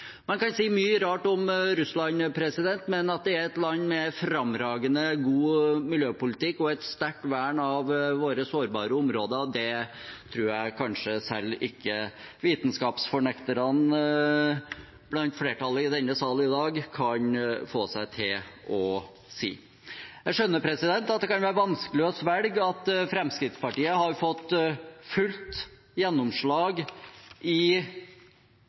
Man kan si mye rart om Russland, men at det er et land med fremragende god miljøpolitikk og et sterkt vern av våre sårbare områder, tror jeg kanskje selv ikke vitenskapsfornekterne blant flertallet i denne sal i dag kan få seg til å si. Jeg skjønner at det kan være vanskelig å svelge at Fremskrittspartiet har fått fullt gjennomslag i